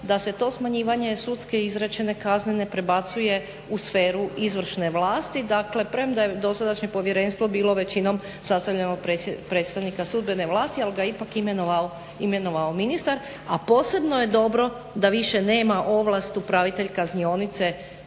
da se to smanjivanje sudske izrečene kazne prebacuje u sferu izvršne vlasti. Dakle, premda je dosadašnje povjerenstvo bilo većinom sastavljeno od predstavnika sudbene vlasti ali ga je ipak imenovao ministar. A posebno je dobro da više nema ovlast upravitelj kaznionice